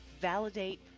Validate